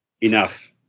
enough